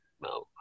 no